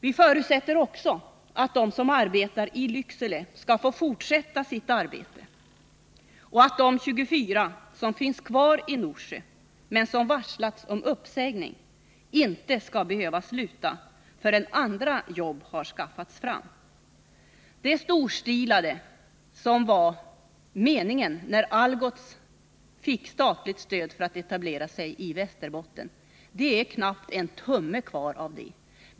Vi förutsätter också att de som arbetar i Lycksele skall få fortsätta sitt arbete och att de 24 som finns kvar i Norsjö men som varslats om uppsägning inte skall behöva sluta förrän andra jobb har skaffats fram. Det storstilade som var meningen när Algots fick statligt stöd för att etablera sig i Västerbotten är det knappt en tumme kvar av.